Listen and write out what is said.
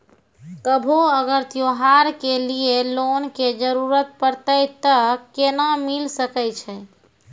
कभो अगर त्योहार के लिए लोन के जरूरत परतै तऽ केना मिल सकै छै?